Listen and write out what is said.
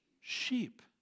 sheep